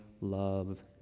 love